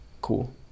Cool